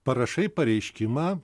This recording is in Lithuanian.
parašai pareiškimą